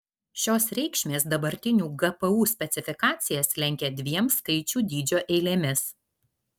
šios reikšmės dabartinių gpu specifikacijas lenkia dviem skaičių dydžio eilėmis